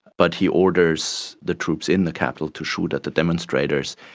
but he orders the troops in the capital to shoot at the demonstrators.